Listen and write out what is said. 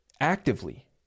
actively